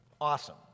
awesome